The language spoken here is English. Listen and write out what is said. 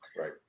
Right